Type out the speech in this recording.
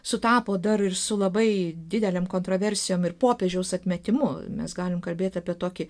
sutapo dar ir su labai didelėm kontroversijom ir popiežiaus atmetimu mes galim kalbėti apie tokį